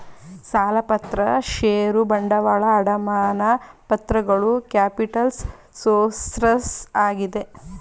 ಸಾಲಪತ್ರ ಷೇರು ಬಂಡವಾಳ, ಅಡಮಾನ ಪತ್ರಗಳು ಕ್ಯಾಪಿಟಲ್ಸ್ ಸೋರ್ಸಸ್ ಆಗಿದೆ